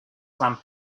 lamp